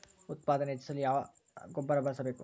ಉತ್ಪಾದನೆ ಹೆಚ್ಚಿಸಲು ಯಾವ ಗೊಬ್ಬರ ಬಳಸಬೇಕು?